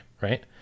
Right